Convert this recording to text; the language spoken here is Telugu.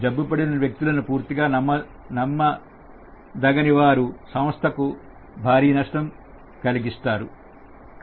జబ్బు పడిన వ్యక్తులు పూర్తిగా నమ్మ దగని వారు సంస్థకు భారీ నష్టం కలిగిస్తారు